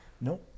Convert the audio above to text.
No